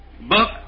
book